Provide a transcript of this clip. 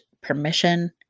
permission